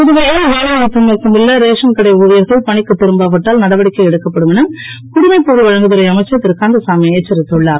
புதுவையில் வேலைநிறுத்தம் மேற்கொண்டுள்ள ரேஷன் கடை ஊழியர்கள் பணிக்கு திரும்பாவிட்டால் நடவடிக்கை எடுக்கப்படும் என குடிமைப் பொருள் வழங்கு துறை அமைச்சர் திருகந்தசாமி எச்சரித்துள்ளார்